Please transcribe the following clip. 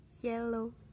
yellow